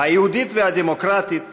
היהודית והדמוקרטית,